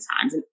times